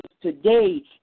today